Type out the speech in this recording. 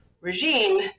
regime